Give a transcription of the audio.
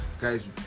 guys